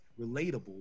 relatable